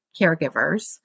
caregivers